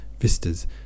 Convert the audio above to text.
vistas